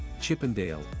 Chippendale